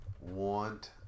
want